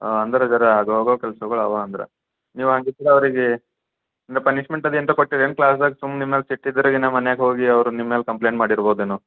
ಅಂದರಗರ ಆಗಿ ಹೋಗೊ ಕೆಲಸಗಳಲ್ಲ ಅಂದ್ರೆ ನೀವು ಹಾಂಗಿದ್ರೆ ಅವರಿಗೆ ಪನಿಶ್ಮೆಂಟ್ ಅದು ಎಂತ ಕೊಟ್ಟಿರೇನು ಕ್ಲಾಸ್ದಾಗ ಸುಮ್ಮ ನಿಮ್ಮ ಮೇಲೆ ಸಿಟ್ಟಿದ್ರಾಗಿನ ಮನ್ಯಾಗ ಹೋಗಿ ಅವ್ರು ನಿಮ್ಮ ಮ್ಯಾಲೆ ಕಂಪ್ಲೇಂಟ್ ಮಾಡಿರ್ಬೋದೇನೋ